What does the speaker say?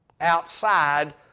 outside